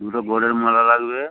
দুটো গোড়ের মালা লাগবে